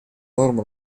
норм